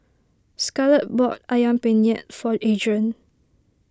Scarlett bought Ayam Penyet for Adrian